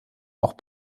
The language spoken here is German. auch